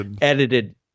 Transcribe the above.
edited